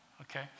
Okay